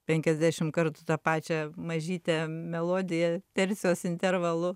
penkiasdešim kartų tą pačią mažytę melodiją tercijos intervalu